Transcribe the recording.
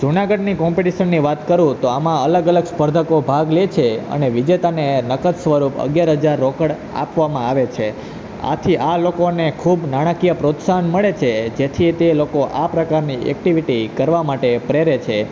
જુનાગઢની કોમ્પિટિશનની વાત કરું તો આમાં અલગ અલગ સ્પર્ધકો ભાગ લે છે અને વિજેતાને નગદ સ્વરૂપ અગિયાર હજાર રોકડ આપવામાં આવે છે આથી આ લોકોને ખૂબ નાણાંકીય પ્રોત્સાહન મળે છે જેથી તે લોકો આ પ્રકારની એકટીવિટી કરવા માટે પ્રેરે છે